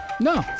No